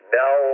now